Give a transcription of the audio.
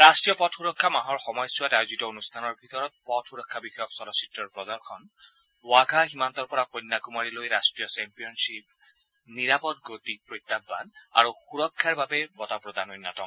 ৰাষ্ট্ৰীয় পথ সুৰক্ষা মাহৰ সময়ছোৱাত আয়োজিত অনুষ্ঠানৰ ভিতৰত পথ সুৰক্ষা বিষয়ক চলচ্চিত্ৰৰ প্ৰদৰ্শন ৱাঘা সীমান্তৰ পৰা কন্যাকুমাৰীলৈ ৰট্টীয় চেম্পিয়নয়ীপ নিৰাপদ গতি প্ৰত্যাহ্বান আৰু পথ সুৰক্ষাৰ বাবে বঁটা প্ৰদান অন্যতম